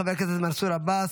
חבר הכנסת מנסור עבאס,